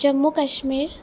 Jammu Kashmir